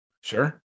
Sure